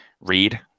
read